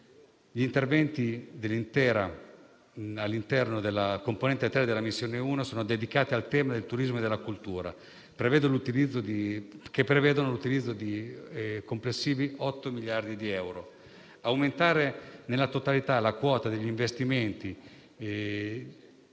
Gli interventi all'interno della componente 3 della missione 1 sono dedicati al tema del turismo e della cultura e prevedono l'utilizzo di complessivi 8 miliardi di euro. Aumentare nella totalità la quota degli investimenti